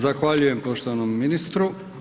Zahvaljujem poštovanom ministru.